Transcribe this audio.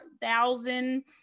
thousand